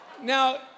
Now